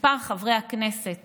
מספר חברי הכנסת